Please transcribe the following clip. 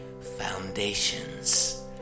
foundations